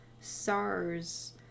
SARS